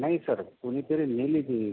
नाही सर कोणीतरी नेली ती